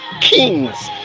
kings